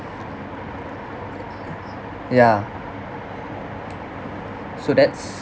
yeah so that's